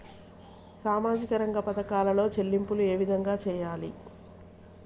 సామాజిక రంగ పథకాలలో చెల్లింపులు ఏ విధంగా చేయాలి?